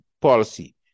policy